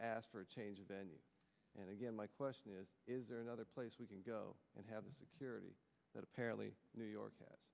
ask for a change of venue and again my question is is there another place we can go and have security that apparently new york